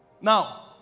Now